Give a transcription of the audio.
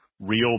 real